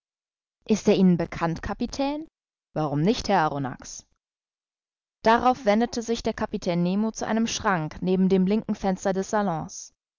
ist er ihnen bekannt kapitän warum nicht herr arronax darauf wendete sich der kapitän nemo zu einem schrank neben dem linken fenster des salons